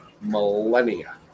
millennia